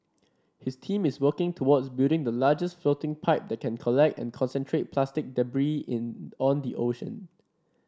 his team is working towards building the largest floating pipe that can collect and concentrate plastic debris in on the ocean